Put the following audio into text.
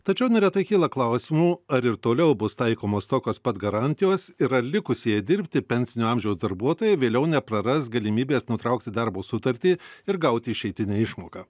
tačiau neretai kyla klausimų ar ir toliau bus taikomos tokios pat garantijos ir ar likusieji dirbti pensinio amžiaus darbuotojai vėliau nepraras galimybės nutraukti darbo sutartį ir gauti išeitinę išmoką